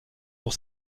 pour